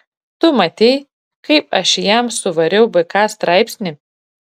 tu matei kaip aš jam suvariau bk straipsnį